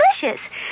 delicious